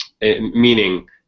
meaning